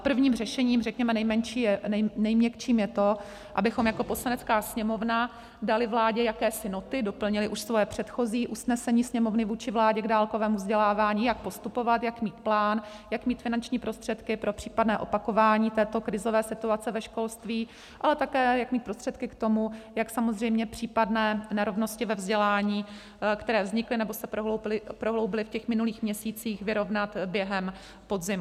Prvním řešením, řekněme nejměkčím, je to, abychom jako Poslanecká sněmovna dali vládě jakési noty, doplnili už svoje předchozí usnesení Sněmovny vůči vládě k dálkovému vzdělávání, jak postupovat, jak mít plán, jak mít finanční prostředky pro případné opakování této krizové situace ve školství, ale také jak mít prostředky k tomu, jak samozřejmě případné nerovnosti ve vzdělání, které vznikly nebo se prohloubily v těch minulých měsících, vyrovnat během podzimu.